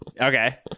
okay